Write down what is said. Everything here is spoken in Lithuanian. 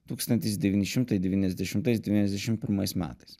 tūkstantis devyni šimtai devyniasdešimtais devyniasdešim pirmais metais